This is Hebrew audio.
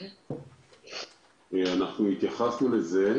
אנחנו התייחסנו לזה,